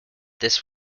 this